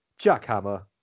jackhammer